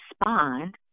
respond